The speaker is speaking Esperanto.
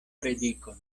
predikon